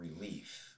relief